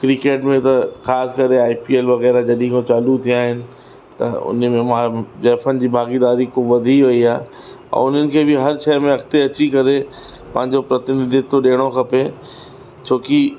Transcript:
cricket में त ख़ासि करे आई पी एल वग़ैर जॾहि खां चालू थिया आहिनि त उन में मां ज़ाइफ़ुन जी भाॻीदारी कू वधी वई आहे ऐं उन्हनि खे बि हर शइ में अॻिते अची करे पंहिंजो प्रतिनिधित्व ॾियणो खपे छो की